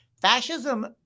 Fascism